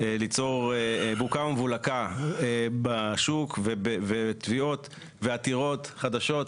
ליצור בוקה ומבולקה בשוק, ותביעות ועתירות חדשות.